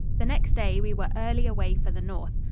the next day we were early away for the north.